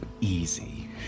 easy